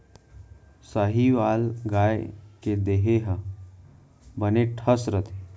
साहीवाल गाय के देहे ह बने ठस रथे